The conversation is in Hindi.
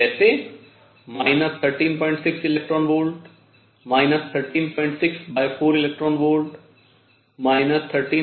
जैसे 136 eV 1364 eV 1369 eV